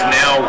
now